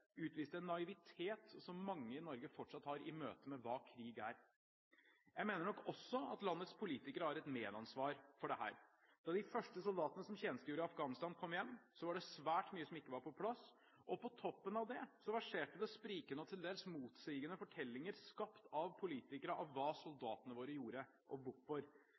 en naivitet som mange i Norge fortsatt har i møte med hva krig er. Jeg mener nok også at landets politikere har et medansvar for dette. Da de første soldatene som tjenestegjorde i Afghanistan kom hjem, var det svært mye som ikke var på plass, og på toppen av det verserte det sprikende og til dels motsigende fortellinger skapt av politikere om hva soldatene våre gjorde, og hvorfor.